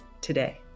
today